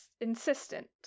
insistent